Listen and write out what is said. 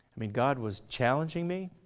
i mean god was challenging me,